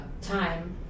time